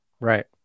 Right